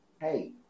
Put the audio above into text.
hey